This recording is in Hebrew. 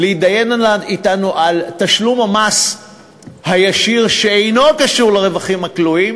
להתדיין אתנו על תשלום המס הישיר שאינו קשור לרווחים הכלואים